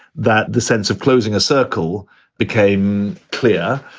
that the sense of closing a circle became clear.